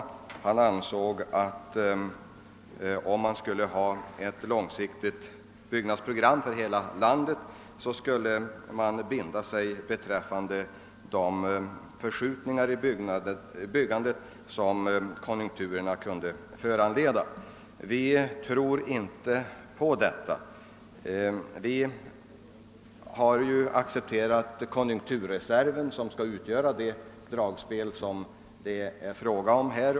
Statsrådet ansåg att man med ett långsiktigt byggnadsprogram för hela landet skulle binda sig beträffande de förskjutningar i byggandet som konjunkturerna kan föranleda. Vi tror inte på detta. Vi har ju alla accepterat konjunkturreserven som skall vara det dragspel det här gäller.